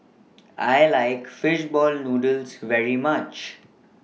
I like Fish Ball Noodles very much